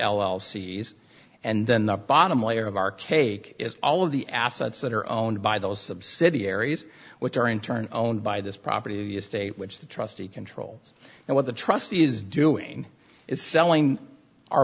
c and then the bottom layer of our cake is all of the assets that are owned by those subsidiaries which are in turn owned by this property estate which the trustee controls and what the trustee is doing is selling our